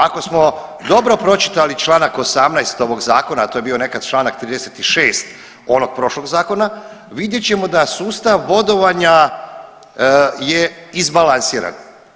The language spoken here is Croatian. Ako smo dobro pročitali čl. 18. ovog zakona, a to je bio nekad čl. 36. onog prošlog zakona, vidjet ćemo da sustav bodovanja je izbalansiran.